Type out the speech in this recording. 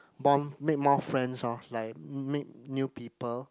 bond make more friends lor like make new people